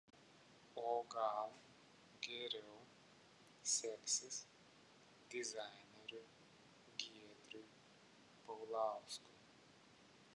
o gal geriau seksis dizaineriui giedriui paulauskui